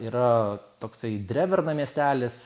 yra toksai dreverna miestelis